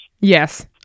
yes